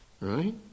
Right